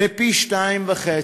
לפי שניים-וחצי.